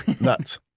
Nuts